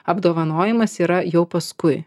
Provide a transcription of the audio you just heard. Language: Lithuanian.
apdovanojimas yra jau paskui